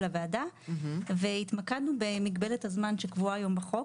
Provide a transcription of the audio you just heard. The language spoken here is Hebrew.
הוועדה והתמקדנו במגבלת הזמן שקבועה היום בחוק,